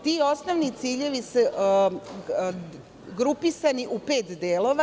Ti osnovni ciljevi su grupisani u pet delova.